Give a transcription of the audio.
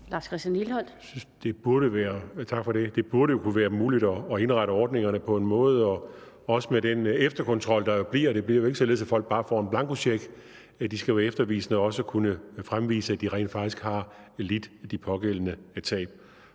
Lars Christian Lilleholt (V): Tak for det. Jeg synes, det burde kunne være muligt at indrette ordningerne i forhold til det, også med den efterkontrol, der jo bliver – det bliver jo ikke således, at folk bare får en blankocheck; de skal efterfølgende også kunne fremvise, at de rent faktisk har lidt de pågældende tab.